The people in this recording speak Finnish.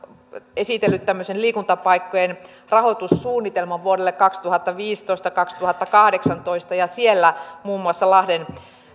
esitellyt tämmöisen liikuntapaikkojen rahoitussuunnitelman vuosille kaksituhattaviisitoista viiva kaksituhattakahdeksantoista ja siellä muun muassa lahden